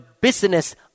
business